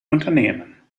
unternehmen